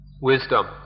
wisdom